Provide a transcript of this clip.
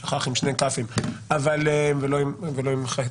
שכך עם שני כ"פים ולא עם חי"ת.